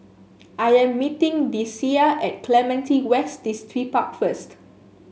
I am meeting Deasia at Clementi West Distripark first